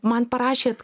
man parašėt